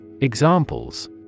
Examples